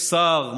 שר,